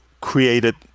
created